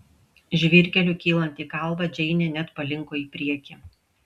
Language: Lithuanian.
žvyrkeliu kylant į kalvą džeinė net palinko į priekį